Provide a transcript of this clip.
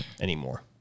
anymore